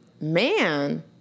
Man